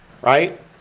Right